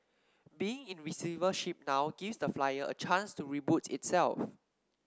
being in receivership now gives the Flyer a chance to reboot itself